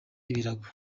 ibirago